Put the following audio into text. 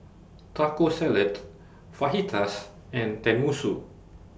Taco Salad Fajitas and Tenmusu